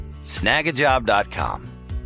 Snagajob.com